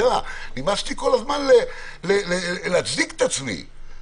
נמאס לי כל הזמן להצדיק את עצמי.